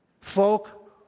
Folk